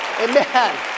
Amen